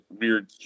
weird